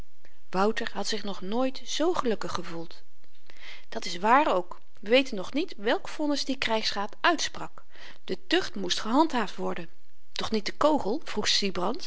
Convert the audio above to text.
wouter had zich nooit zoo gelukkig gevoeld dat's waar ook we weten nog niet welk vonnis die krygsraad uitsprak de tucht moest gehandhaafd worden toch niet de kogel